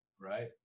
Right